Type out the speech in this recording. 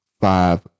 five